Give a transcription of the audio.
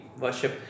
worship